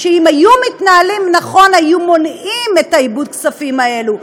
אם היו מתנהלים נכון היו מונעים את איבוד הכספים האלה,